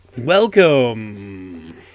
Welcome